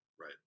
right